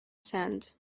sand